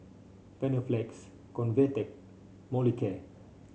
Panaflex Convatec Molicare